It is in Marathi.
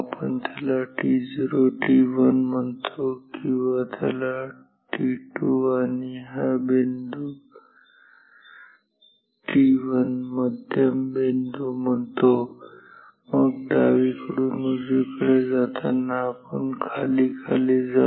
आपण त्याला t0 t1 म्हणतो किंवा त्याला t2 आणि हा बिंदू t1 मध्यम बिंदू म्हणतो मग डावीकडून उजवीकडे जाताना आपण खाली खाली जाऊ